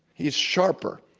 he is sharper.